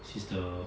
she's the